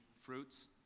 fruits